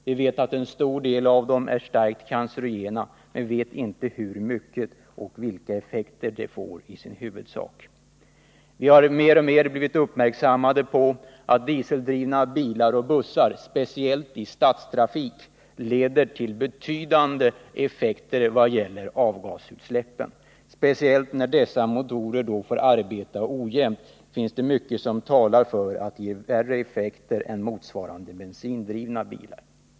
Vi vet att en stor del av dessa är starkt cancerogena, men vi vet inte hur starkt eller vilka effekter det får. Vi har alltmer blivit uppmärksammade på att avgasutsläpp från dieseldrivna bilar och bussar, speciellt i stadstrafik, leder till betydande effekter på miljön. Det finns mycket som talar för att dessa motorer, speciellt när de får arbeta ojämnt, ger värre effekter än motsvarande bensindrivna motorer.